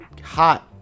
hot